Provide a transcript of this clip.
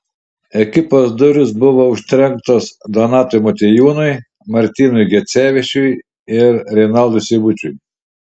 ekipos durys buvo užtrenktos donatui motiejūnui martynui gecevičiui ir renaldui seibučiui